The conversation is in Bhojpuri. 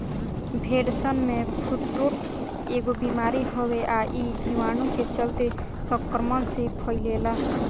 भेड़सन में फुट्रोट एगो बिमारी हवे आ इ जीवाणु के चलते संक्रमण से फइले ला